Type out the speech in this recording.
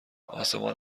آسمان